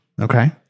Okay